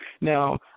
Now